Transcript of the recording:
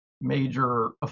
major